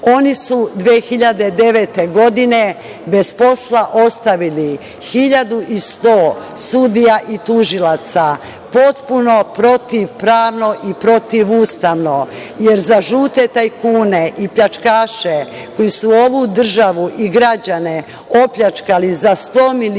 su 2009. godine bez posla ostavili 1.100 sudija i tužilaca. Potpuno protivpravno i protivustavno, jer za žute tajkune i pljačkaše koji su ovu državu i građane opljačkali za 100 milijardi